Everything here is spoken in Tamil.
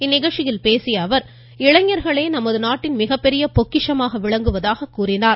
இந் நிகழ்ச்சியில் பேசிய அவர் இளைஞர்களே நமது நாட்டின் மிகப்பெரிய பொக்கிஷமாக விளங்குவதாக கூறினார்